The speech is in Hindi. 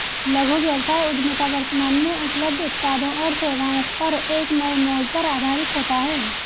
लघु व्यवसाय उद्यमिता वर्तमान में उपलब्ध उत्पादों और सेवाओं पर एक नए मोड़ पर आधारित होता है